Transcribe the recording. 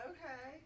Okay